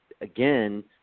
again